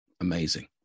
Amazing